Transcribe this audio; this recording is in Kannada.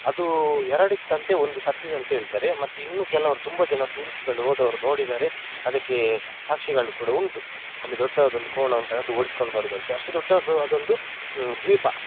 ಅದು ಎರಡು ಇತ್ತಂತೆ ಒಂದು ಸತ್ತಿದಂತ ಹೇಳ್ತಾರೆ ಮತ್ತು ಇನ್ನು ಕೆಲವರು ತುಂಬ ಜನ ಟೂರಿಸ್ಟ್ಗಳು ಹೋದವರು ನೋಡಿದ್ದಾರೆ ಅದಕ್ಕೆ ಸಾಕ್ಷಿಗಳು ಕೂಡ ಉಂಟು ಅಲ್ಲಿ ದೊಡ್ಡದೊಂದು ಕೋಣ ಉಂಟು ಅದು ಓಡ್ಸ್ಕಂಡು ಬರೋದಂತೆ ಅಷ್ಟು ದೊಡ್ಡದು ಅದೊಂದು ದ್ವೀಪ